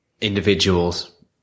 individuals